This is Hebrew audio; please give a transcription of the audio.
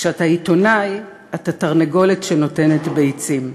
כשאתה עיתונאי אתה תרנגולת שנותנת ביצים,